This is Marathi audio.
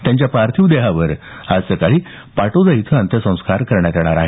त्यांच्या पार्थिव देहावर आज सकाळी पाटोदा इथं अंत्यसंस्कार करण्यात येणार आहेत